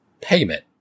payment